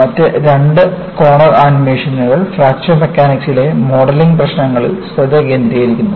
മറ്റ് രണ്ട് കോർണർ ആനിമേഷനുകൾ ഫ്രാക്ചർ മെക്കാനിക്സിലെ മോഡലിംഗ് പ്രശ്നങ്ങളിൽ ശ്രദ്ധ കേന്ദ്രീകരിക്കുന്നു